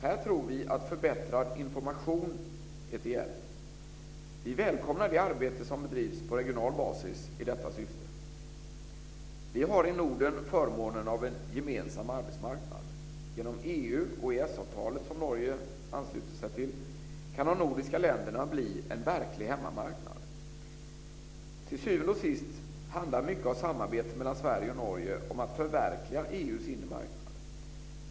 Här tror vi att förbättrad information är till hjälp. Vi välkomnar det arbete som bedrivs på regional basis i detta syfte. Vi har i Norden förmånen av en gemensam arbetsmarknad. Genom EU och EES-avtalet som Norge anslutit sig till kan de nordiska länderna bli en verklig hemmamarknad. Till syvende och sist handlar mycket av samarbetet mellan Sverige och Norge om att förverkliga EU:s inre marknad.